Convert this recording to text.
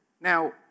Now